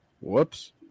Whoops